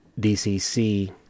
DCC